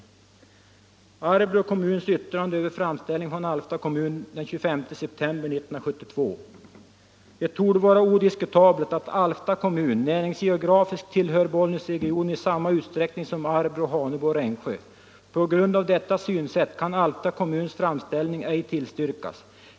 I Arbrå kommuns yttrande över framställningen från Alfta kommun den 25 september 1972 heter det: ”Det torde vara odiskutabelt att Alfta kommun näringsgeografiskt tillhör Bollnäsregionen i samma utsträckning som Arbrå, Hanebo och Rengsjö. På grund av detta synsätt kan Alfta kommuns framställning ej tillstyrkas.